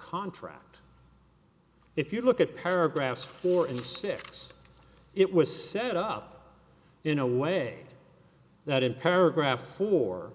contract if you look at paragraph four and six it was set up in a way that in paragraph four